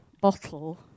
bottle